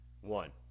one